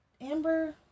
Amber